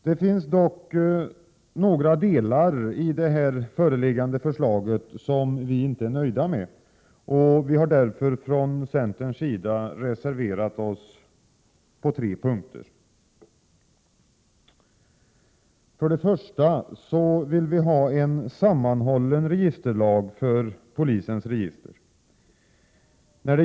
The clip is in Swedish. Det finns dock några delar i det föreliggande förslaget som vi inte är nöjda med. Vi har därför från centerns sida reserverat oss på tre punkter. För det första vill vi ha en sammanhållen registerlag för polisens register.